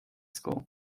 school